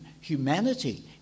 humanity